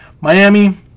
Miami